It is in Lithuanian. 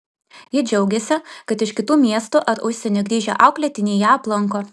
ji džiaugiasi kad iš kitų miestų ar užsienio grįžę auklėtiniai ją aplanko